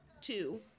two